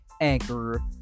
Anchor